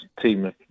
team